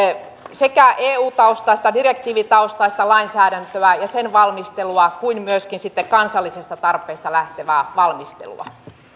sekä eu taustaista direktiivitaustaista lainsäädäntöä ja sen valmistelua kuin myöskin sitten kansallisista tarpeista lähtevää valmistelua